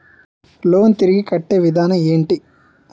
Loan తిరిగి కట్టే విధానం ఎంటి?